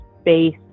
space